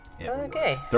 okay